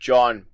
John